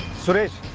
suresh.